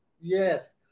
Yes